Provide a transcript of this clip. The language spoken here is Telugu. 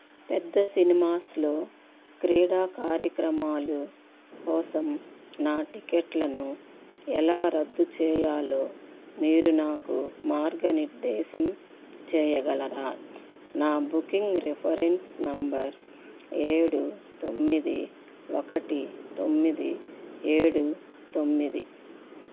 పెద్ద సినిమాస్లో క్రీడా కార్యక్రమాలు కోసం నా టిక్కెట్లను ఎలా రద్దు చేయాలో మీరు నాకు మార్గనిర్దేశం చేయగలరా నా బుకింగ్ రిఫరెన్స్ నంబర్ ఏడు తొమ్మిది ఒకటి తొమ్మిది ఏడు తొమ్మిది